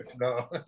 No